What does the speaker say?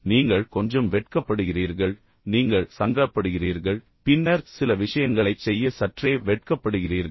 நீங்கள் கொஞ்சம் வெட்கப்படுகிறீர்கள் நீங்கள் சங்கடப்படுகிறீர்கள் பின்னர் சில விஷயங்களைச் செய்ய சற்றே வெட்கப்படுகிறீர்கள்